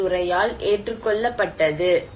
D துறையால் ஏற்றுக்கொள்ளப்பட்டது